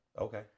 Okay